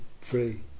free